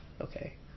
okay